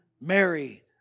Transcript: Mary